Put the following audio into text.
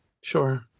sure